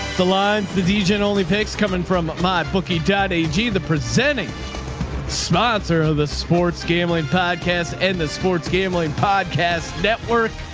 the line, the the dgn only picks coming from my bookie. daddy g the presenting sponsor of the sports gambling podcast and the sports gambling podcast network